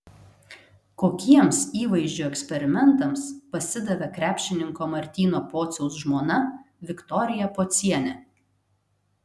kokiems įvaizdžio eksperimentams pasidavė krepšininko martyno pociaus žmona viktorija pocienė